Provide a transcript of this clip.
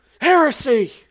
Heresy